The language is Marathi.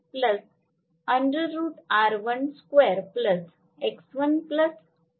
तर हे असणार आहे